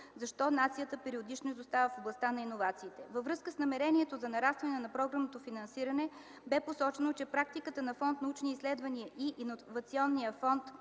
защо нацията периодично изостава в областта на иновациите. Във връзка с намерението за нарастване на програмното финансиране бе посочено, че практиката на фонд „Научни изследвания” и Иновационния фонд